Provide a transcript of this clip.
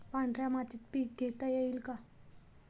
पांढऱ्या मातीत पीक घेता येईल का?